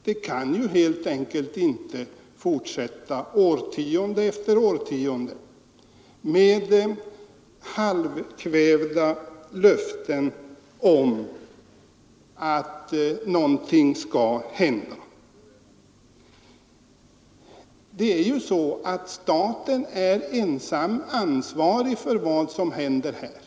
Det kan helt enkelt inte fortsätta årtionde efter årtionde med halvkvädna löften om att någonting skall hända. Staten är ensam ansvarig för vad som händer här!